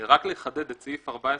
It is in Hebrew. לחדד את סעיף 14ג2(א).